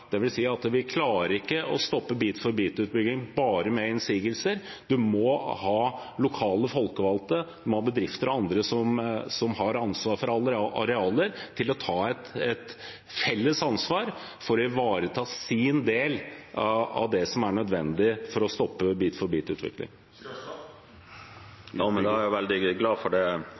at vi ikke klarer å stoppe bit-for-bit-utbygging med bare innsigelser. Man må ha lokale folkevalgte, bedrifter og andre som har ansvar for arealer, til å ta et felles ansvar for å ivareta sin del av det som er nødvendig for å stoppe bit-for-bit-utvikling. Jeg er veldig glad for det